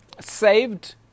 saved